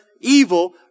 evil